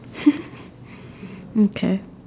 mm K